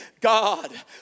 God